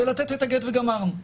וייתנו את הגט וגמרנו.